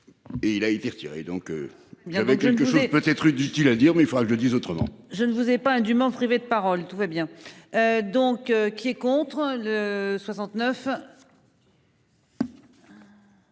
Et il a été retiré, donc il y avait quelque chose peut être d'utile à dire mais il faudra que je le dise autrement. Je ne vous ai pas indûment privé de parole, tout va bien. Donc qui est contre le 69.